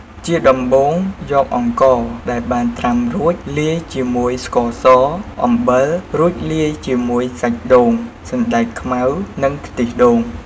ជាដំបូងយកអង្ករដែលបានត្រាំរួច លាយជាមួយស្ករស អំបិល រួចលាយជាមួយសាច់ដូង សណ្ដែកខ្មៅ និងខ្ទិះដូង។